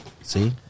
see